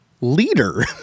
leader